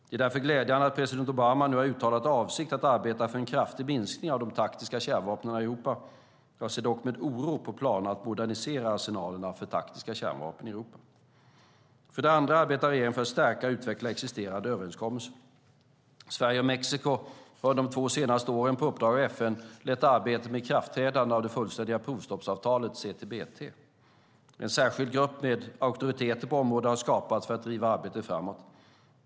Det är därför glädjande att president Obama nu har uttalat avsikt att arbeta för kraftiga minskningar av de taktiska kärnvapnen i Europa. Jag ser dock med oro på planer på att modernisera arsenalerna med taktiska kärnvapen i Europa. För det andra arbetar regeringen för att stärka och utveckla existerande överenskommelser. Sverige och Mexiko har under de senaste två åren, på uppdrag av FN, lett arbetet med ikraftträdandet av det fullständiga provstoppsavtalet CTBT. En särskild grupp med auktoriteter på området har skapats för att driva arbetet framåt.